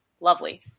lovely